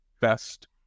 best